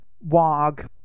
Wag